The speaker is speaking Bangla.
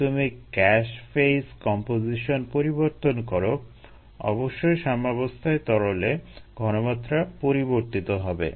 যদি তুমি গ্যাস ফেইজ কম্পোজিশন পরিবর্তন করো অবশ্যই সাম্যাবস্থায় তরলে ঘনমাত্রা পরিবর্তিত হবে